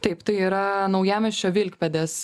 taip tai yra naujamiesčio vilkpėdės